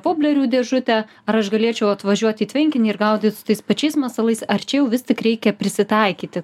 publerių dėžutę ar aš galėčiau atvažiuot į tvenkinį ir gaudyt su tais pačiais masalais ar čia jau vis tik reikia prisitaikyti